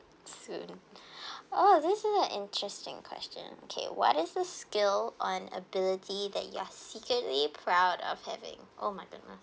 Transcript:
soon oh this is an interesting question okay what is the skill on ability that you are secretly proud of having oh my goodness